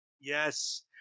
Yes